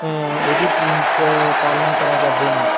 ओह्दी पा पालना करै करदे न